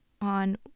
on